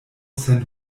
sen